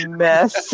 mess